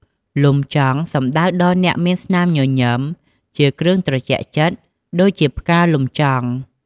លំចង់ សំដៅទៅដល់អ្នកមានស្នាមញញឺមជាគ្រឿងត្រជាក់ចិត្តដូចជាផ្កាលំចង់។